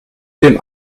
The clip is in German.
dem